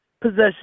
possession